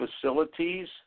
facilities